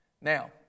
Now